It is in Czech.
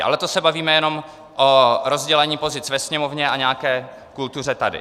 Ale to se bavíme jenom o rozdělení pozic ve Sněmovně a nějaké kultuře tady.